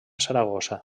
saragossa